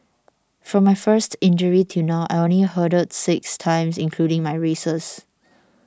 from my first injury till now I only hurdled six times including my races